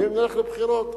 ואם נלך לבחירות,